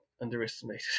underestimated